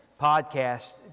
podcast